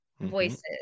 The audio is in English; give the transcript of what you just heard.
voices